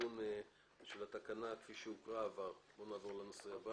הצבעה